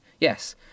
yes